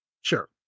sure